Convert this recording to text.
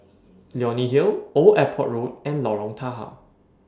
Leonie Hill Old Airport Road and Lorong Tahar